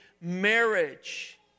marriage